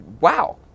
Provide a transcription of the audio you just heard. wow